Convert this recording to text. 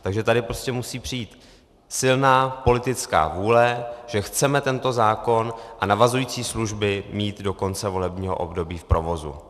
Takže tady prostě musí přijít silná politická vůle, že chceme tento zákon a navazující služby mít do konce volebního období v provozu.